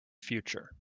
future